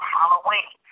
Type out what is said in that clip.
Halloween